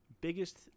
biggest